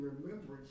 remembrance